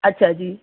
ਅੱਛਾ ਜੀ